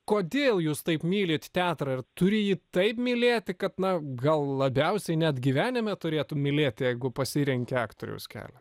kodėl jūs taip mylit teatrą ar turi jį taip mylėti kad na gal labiausiai net gyvenime turėtum mylėti jeigu pasirenki aktoriaus kelią